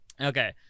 Okay